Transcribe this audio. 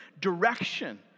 direction